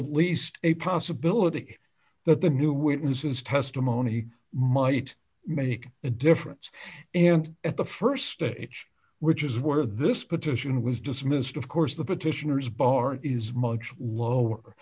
a least a possibility that the new witness's testimony might make a difference and at the st stage which is where this petition was dismissed of course the petitioners bar is much lower